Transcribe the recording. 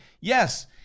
Yes